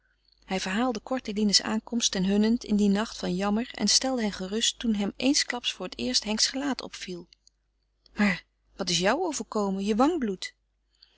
hij verhaalde kort eline's aankomst ten hunnent in dien nacht van jammer en stelde hen gerust toen hem eensklaps voor het eerst henks gelaat opviel maar wat is jou overkomen je wang bloedt